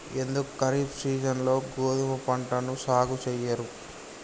ఎందుకు ఖరీఫ్ సీజన్లో గోధుమ పంటను సాగు చెయ్యరు?